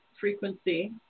frequency